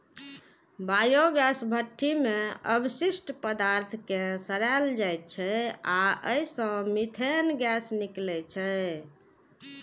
biogas भट्ठी मे अवशिष्ट पदार्थ कें सड़ाएल जाइ छै आ अय सं मीथेन गैस निकलै छै